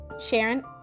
Sharon